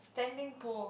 standing pole